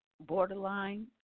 borderline